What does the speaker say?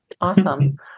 Awesome